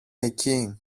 εκεί